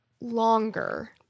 longer